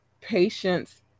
patience